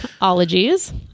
Ologies